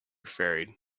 ferry